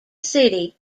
city